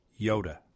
Yoda